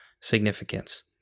significance